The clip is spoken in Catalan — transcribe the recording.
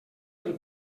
del